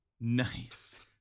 Nice